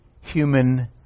human